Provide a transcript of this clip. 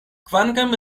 kvankam